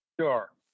Sure